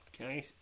Okay